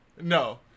no